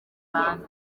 kandi